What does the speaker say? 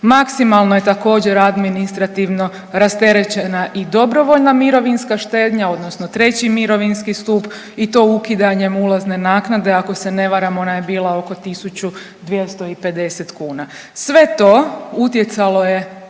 Maksimalno je također, administrativno rasterećena i dobrovoljna mirovinska štednja odnosno 3. mirovinski stup i to ukidanjem ulazne naknade, ako se ne varam, ona je bila oko 1250 kuna. Sve to utjecalo je